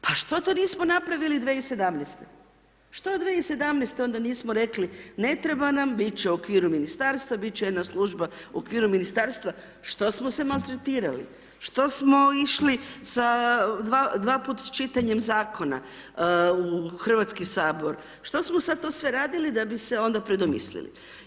Pa što to nismo to napravili 2017.-te, što 2017.-te onda nismo rekli, ne treba nam, biti će u okviru Ministarstva, biti će jedna služba u okviru Ministarstva, što smo se maltretirali, što smo išli sa dva puta čitanjem Zakona u HS, što smo sad sve to radili da bi se onda predomislili.